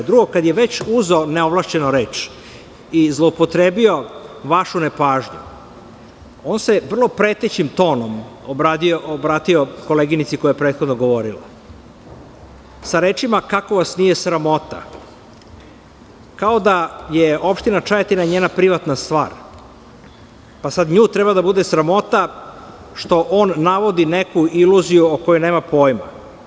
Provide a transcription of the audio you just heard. Drugo, kad je već uzeo neovlašćeno reč i zloupotrebio vašu nepažnju, on se vrlo pretećim tonom obratio koleginici koja je prethodno govorila, sa rečima: „Kako vas nije sramota?“ Kao da je opština Čajetina njena privatna stvar, pa sad nju treba da bude sramota što on navodi neku iluziju o kojoj nema pojma.